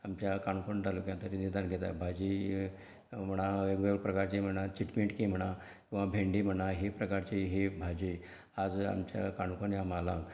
आमच्या काणकोण तालुक्यान तरी निदान कितें भाजी म्हणा वेगळे वेगळे प्रकारचीं म्हणा चिटकी मिटकी म्हणा किंवां भेंडे म्हणा ही प्रकारची ही भाजी आज आमच्या काणकोण ह्या म्हालांत